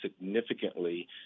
significantly